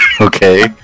Okay